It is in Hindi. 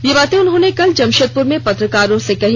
ये बातें उन्होंने कल जमशेदपुर में पत्रकारों से में कहीं